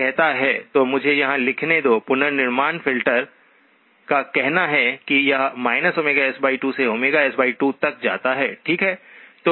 तो मुझे यहाँ लिखने दो पुनर्निर्माण फ़िल्टर का कहना है कि यह s2 से s2 तक जाता है ठीक है